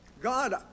God